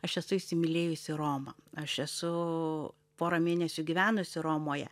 aš esu įsimylėjusi romą aš esu porą mėnesių gyvenusi romoje